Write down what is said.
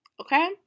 Okay